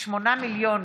שמונה מיליון